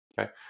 Okay